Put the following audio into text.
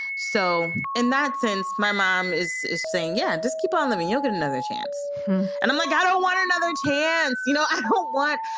so in that sense, my mom is is saying, yeah. just keep on living. you'll get another chance and i'm like, i don't want another chance. you know what?